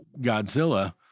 Godzilla